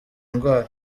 ndwara